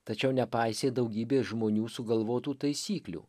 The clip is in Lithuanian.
tačiau nepaisė daugybės žmonių sugalvotų taisyklių